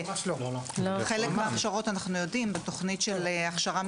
חלק מההכשרות אנחנו יודעים בתוכנית של הכשרה מקצועית,